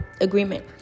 Agreement